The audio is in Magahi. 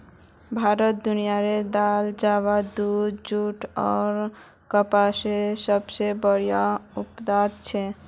भारत दुनियार दाल, चावल, दूध, जुट आर कपसेर सबसे बोड़ो उत्पादक छे